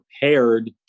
prepared